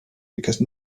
because